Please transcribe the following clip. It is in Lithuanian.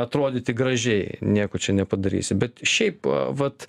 atrodyti gražiai nieko čia nepadarysi bet šiaip vat